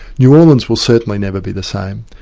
new orleans will certainly never be the same.